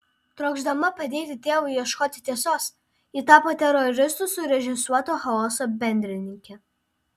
trokšdama padėti tėvui ieškoti tiesos ji tapo teroristų surežisuoto chaoso bendrininke